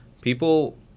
People